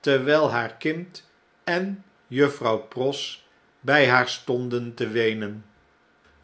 terwijl haar kind en juffrouw pross bij haar stonden te weenen